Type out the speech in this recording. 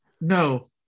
No